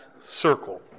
circle